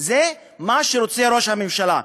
זה מה שראש הממשלה רוצה.